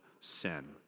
sin